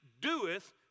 doeth